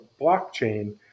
blockchain